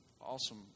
awesome